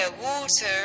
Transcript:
water